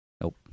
Nope